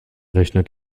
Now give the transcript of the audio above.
rechner